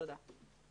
תודה.